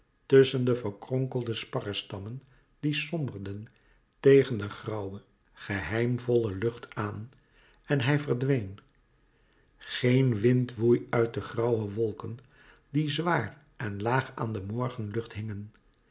tusschen de verkronkelde sparrestammen die somberden tegen de grauwe geheimvolle lucht aan en hij verdween geen wind woei uit de grauwe wolken die zwaar en laag aan de morgenlucht hingen